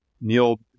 Neil